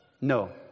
No